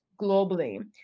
globally